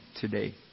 today